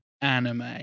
anime